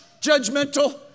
judgmental